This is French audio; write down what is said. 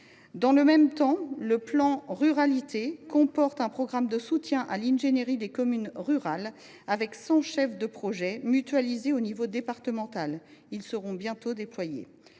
Dans le même temps, le plan France Ruralités comporte un programme de soutien à l’ingénierie des communes rurales, avec cent chefs de projet, mutualisés au niveau départemental, qui seront bientôt déployés.